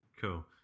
Cool